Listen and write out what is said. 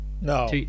No